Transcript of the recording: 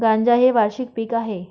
गांजा हे वार्षिक पीक आहे